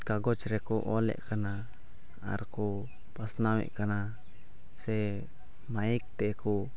ᱠᱟᱜᱚᱡᱽ ᱨᱮᱠᱚ ᱚᱞᱮᱜ ᱠᱟᱱᱟ ᱟᱨ ᱠᱚ ᱯᱟᱥᱱᱟᱣᱮᱫ ᱠᱟᱱᱟ ᱥᱮ ᱢᱟᱹᱭᱤᱠ ᱛᱮᱠᱚ